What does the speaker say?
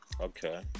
Okay